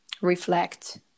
reflect